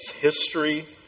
history